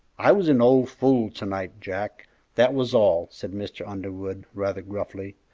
i was an old fool to-night, jack that was all, said mr. underwood, rather gruffly.